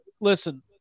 Listen